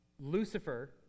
Lucifer